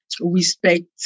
respect